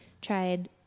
tried